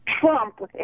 Trump